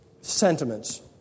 sentiments